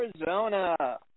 Arizona